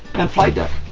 and flight deck.